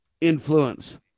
influence